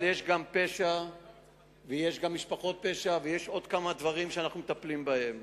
אבל יש גם פשע ויש גם משפחות פשע ויש עוד כמה דברים שאנחנו מטפלים בהם.